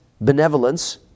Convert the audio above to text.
benevolence